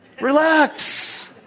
relax